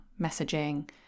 messaging